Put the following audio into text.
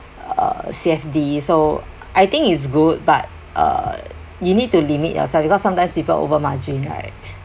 uh C_F_D so I think it's good but uh you need to limit yourself because sometimes people over margin right